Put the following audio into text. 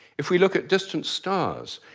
if we look at distant stars,